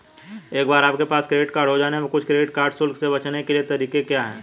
एक बार आपके पास क्रेडिट कार्ड हो जाने पर कुछ क्रेडिट कार्ड शुल्क से बचने के कुछ तरीके क्या हैं?